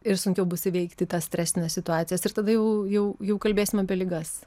ir sunkiau bus įveikti tas stresines situacijas ir tada jau jau jau kalbėsim apie ligas